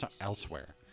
elsewhere